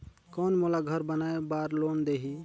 कौन मोला घर बनाय बार लोन देही?